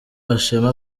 ashima